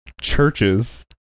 churches